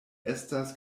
estas